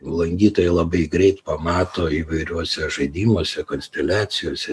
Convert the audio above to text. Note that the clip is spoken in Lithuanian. langytojai labai greit pamato įvairiuose žaidimuose konsteliacijose